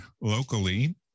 locally